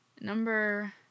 Number